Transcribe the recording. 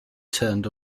turned